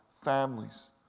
families